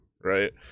right